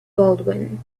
baldwin